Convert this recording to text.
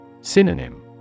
Synonym